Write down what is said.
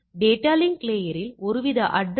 எனவே 20 கட்டின்மை கூறுகள் என்னென்ன